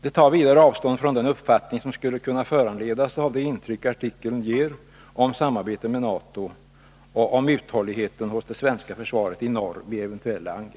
De tar vidare Fredagen den avstånd från den uppfattning som skulle kunna föranledas av det intryck som 11 december 1981 artikeln ger om samarbete med NATO och om uthålligheten hos det svenska